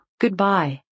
Goodbye